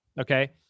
okay